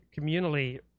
communally